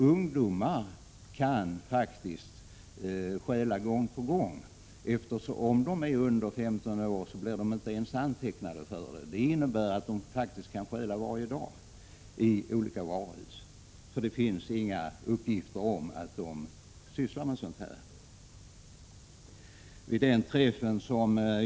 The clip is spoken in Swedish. Ungdomar kan faktiskt stjäla gång på gång, för om de är under 15 år blir de inte ens antecknade för snatteriet. Det innebär att de faktiskt kan stjäla varje dag i olika varuhus, eftersom det inte finns några uppgifter om att de sysslar med sådant.